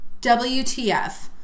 WTF